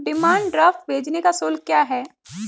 Demand draft भेजने का शुल्क क्या है?